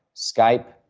skype,